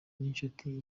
n’inshuti